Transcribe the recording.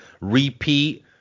repeat